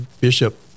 Bishop